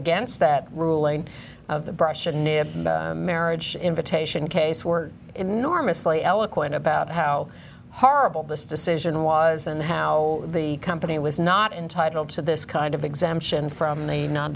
against that ruling of the brush a near marriage invitation case were enormously eloquent about how horrible this decision was and how the company was not entitled to this kind of exemption from the